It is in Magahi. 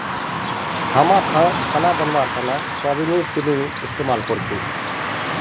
हामी खाना बनव्वार तने सोयाबीनेर तेल इस्तेमाल करछी